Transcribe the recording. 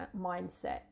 mindset